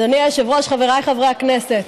אדוני היושב-ראש, חבריי חברי הכנסת,